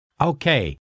Okay